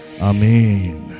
amen